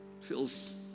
feels